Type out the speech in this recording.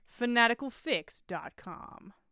fanaticalfix.com